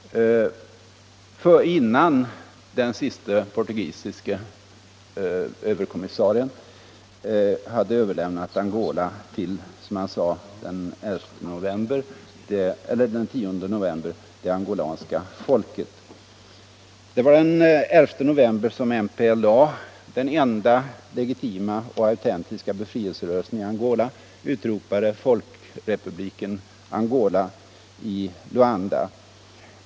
Det var innan den siste portugisiske överkommissarien hade överlämnat Angola till, som han den 10 november sade, ”det angolanska folket”. Det var den 11 november som MPLA, den enda legitima och autentiska befrielserörelsen i Angola, utropade Folkrepubliken Angola i Luanda.